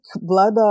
blood